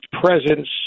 presence